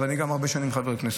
אבל אני גם הרבה שנים חבר הכנסת.